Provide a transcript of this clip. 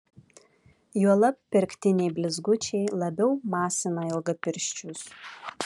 juolab pirktiniai blizgučiai labiau masina ilgapirščius